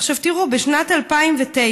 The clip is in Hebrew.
עכשיו תראו, בשנת 2009,